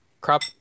crop